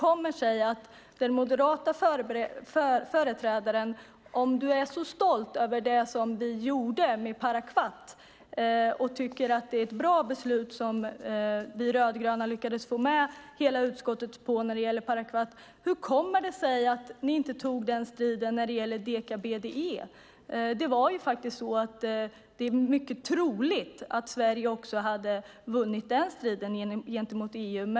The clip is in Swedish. Om den moderata företrädaren är så stolt över det vi gjorde med parakvat och att det var ett bra beslut som vi rödgröna lyckades få med hela utskottet på, hur kommer det sig då att ni inte tagit striden när det gäller deka-BDE? Det är nämligen troligt att Sverige hade vunnit också denna strid mot EU.